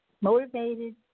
motivated